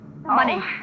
Money